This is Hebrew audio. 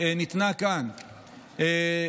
שניתנה כאן לפרוטוקול,